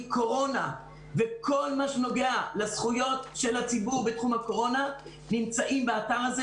קורונה וכל מה שנוגע לזכויות של הציבור בתחום הקורונה נמצאים באתר הזה.